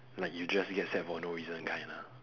like you just get sad for no reason kind lah